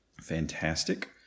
fantastic